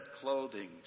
clothing